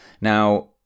Now